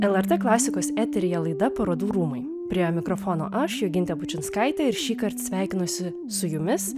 lrt klasikos eteryje laida parodų rūmai prie mikrofono aš jogintė bučinskaitė ir šįkart sveikinosi su jumis